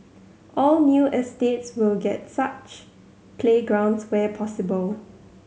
all new estates will get such playgrounds where possible